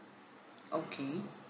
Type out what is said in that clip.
okay